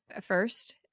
first